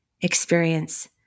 experience